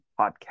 podcast